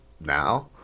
now